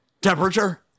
temperature